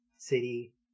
city